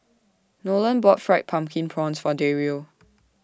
Nolan bought Fried Pumpkin Prawns For Dario